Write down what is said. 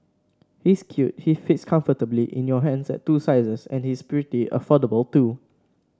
he's cute he fits comfortably in your hands at two sizes and he's pretty affordable too